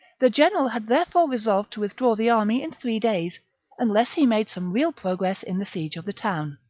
the general had therefore resolved to withdraw the army in three days unless he made some real progress in the siege of the town.